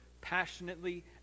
passionately